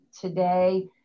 today